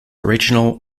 original